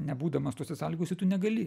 nebūdamas tose sąlygose tu negali